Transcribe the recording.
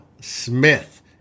Smith